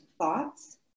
thoughts